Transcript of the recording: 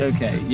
Okay